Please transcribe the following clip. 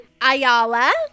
Ayala